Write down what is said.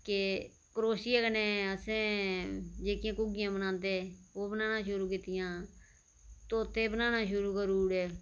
केह् करोशिये कन्नै अस जेहकियां कुग्घियां बनांदे हे ओह् बनाना शुरु कीतियां तोते बनाना शुरु करी ओड़े